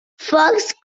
fox